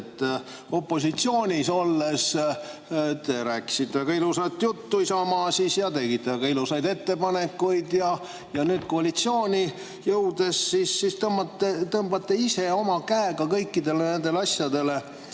Opositsioonis olles te rääkisite väga ilusat juttu, Isamaa, ja tegite ilusaid ettepanekuid, aga nüüd koalitsiooni jõudes tõmbate ise oma käega kõikidele nendele asjadele